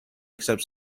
except